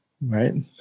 right